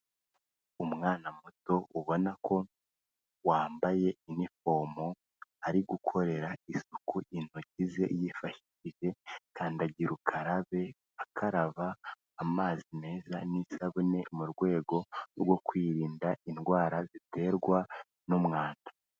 Umwana muto ubona ko wambaye inifomo ari gukorera isuku intoki ze yifashishije kandagira ukarabe, akaraba amazi meza n'isabune mu rwego rwo kwirinda indwara ziterwa n'umwanda.